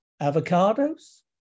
avocados